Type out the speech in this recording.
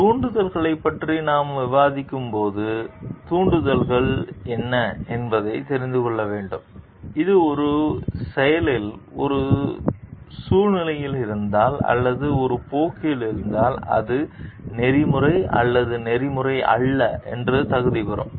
தூண்டுதல்களைப் பற்றி நாம் விவாதிக்கும்போது தூண்டுதல்கள் என்ன என்பதை தெரிந்துகொள்ள வேண்டும் இது ஒரு செயலில் ஒரு சூழ்நிலையில் இருந்தால் அல்லது ஒரு போக்கில் இருந்தால் அது நெறிமுறை அல்லது நெறிமுறை அல்ல என்று தகுதி பெறும்